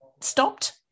stopped